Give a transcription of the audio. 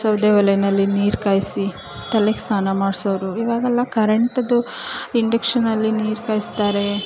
ಸೌದೆ ಒಲೆಯಲ್ಲಿ ನೀರು ಕಾಯಿಸಿ ತಲೆಗೆ ಸ್ನಾನ ಮಾಡಿಸೋರು ಇವಾಗೆಲ್ಲ ಕರೆಂಟಿದು ಇಂಡಕ್ಷನಲ್ಲಿ ನೀರು ಕಾಯಿಸ್ತಾರೆ